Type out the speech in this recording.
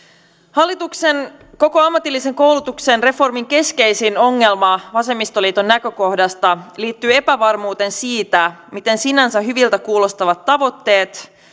hallituksen koko ammatillisen koulutuksen reformin keskeisin ongelma vasemmistoliiton näkökohdasta liittyy epävarmuuteen siitä miten sinänsä hyviltä kuulostavat tavoitteet